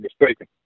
mistaken